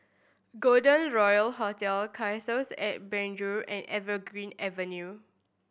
Golden Royal Hotel Cassia at Penjuru and Evergreen Avenue